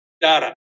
data